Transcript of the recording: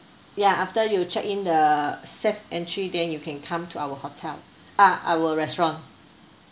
ya after you check in the SafeEntry then you can come to our hotel uh our restaurant